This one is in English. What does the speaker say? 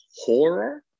horror